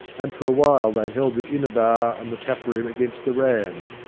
and for a while they held the inner bar and the tap-room against the ranns,